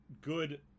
good